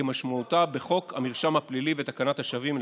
כמשמעותה בחוק המרשם הפלילי ותקנת השבים,